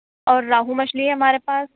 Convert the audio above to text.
اور راہو مچھلی ہے ہمارے پاس